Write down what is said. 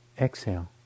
exhale